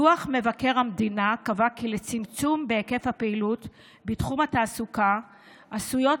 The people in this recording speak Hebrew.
דוח מבקר המדינה קבע כי לצמצום בהיקף הפעילות בתחום התעסוקה עשויות